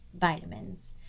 vitamins